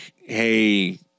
Hey